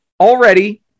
already